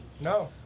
No